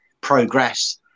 progress